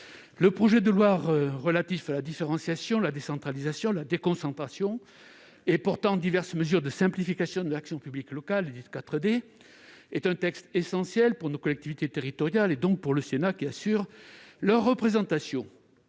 Le projet de loi relatif à la différenciation, la décentralisation, la déconcentration et portant diverses mesures de simplification de l'action publique locale, dit 4D, est un texte essentiel pour nos collectivités territoriales et donc pour le Sénat, qui assure leur représentation.